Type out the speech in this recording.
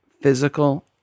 physical